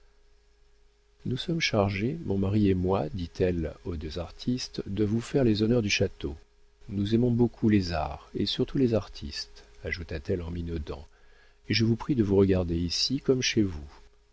nous sommes chargés mon mari et moi dit-elle aux deux artistes de vous faire les honneurs du château nous aimons beaucoup les arts et surtout les artistes ajouta-t-elle en minaudant et je vous prie de vous regarder ici comme chez vous